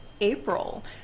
April